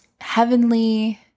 heavenly